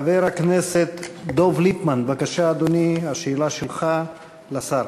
חבר הכנסת דב ליפמן, בבקשה, אדוני, השאלה שלך לשר.